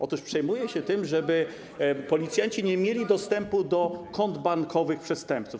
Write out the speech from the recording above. Otóż przejmuje się tym, żeby policjanci nie mieli dostępu do kont bankowych przestępców.